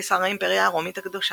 קיסר האימפריה הרומית הקדושה,